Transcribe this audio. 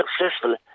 successful